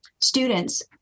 students